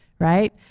right